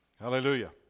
Hallelujah